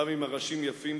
גם אם הראשים יפים,